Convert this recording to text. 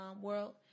world